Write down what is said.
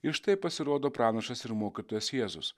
ir štai pasirodo pranašas ir mokytojas jėzus